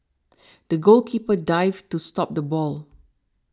the goalkeeper dived to stop the ball